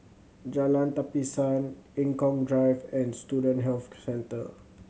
Jalan Tapisan Eng Kong Drive and Student Health Centre